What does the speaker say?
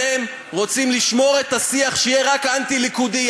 אתם רוצים לשמור את השיח שיהיה רק אנטי-ליכודי,